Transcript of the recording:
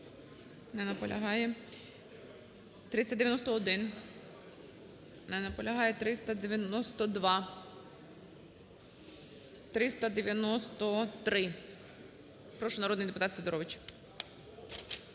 Не наполягає. 391. Не наполягає. 392. 393. Прошу, народний депутат Сидорович.